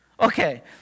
Okay